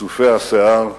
כסופי השיער,